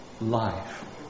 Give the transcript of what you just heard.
life